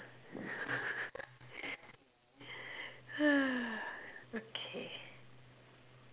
okay